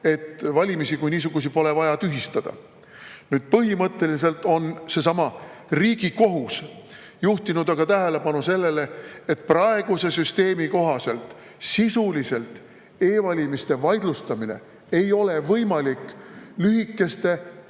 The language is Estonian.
et valimisi kui niisuguseid pole vaja tühistada. Põhimõtteliselt on seesama Riigikohus juhtinud tähelepanu sellele, et praeguse süsteemi kohaselt ei ole e‑valimiste vaidlustamine sisuliselt võimalik lühikeste tähtaegade